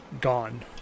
gone